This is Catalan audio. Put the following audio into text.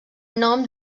nom